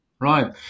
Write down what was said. Right